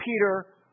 Peter